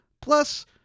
Plus